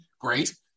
Great